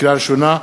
קריאה ראשונה,